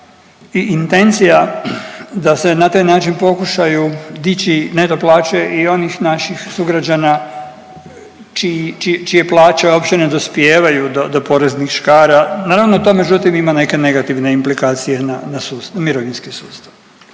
i intencija da se na taj način pokušaju dići neto plaće i onih naših sugrađana čiji, čije plaće uopće ne dospijevaju do, do poreznih škara, naravno u tome…/Govornik se ne razumije./…ima neke negativne implikacije na, na su…, na mirovinski sustav,